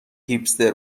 هیپستر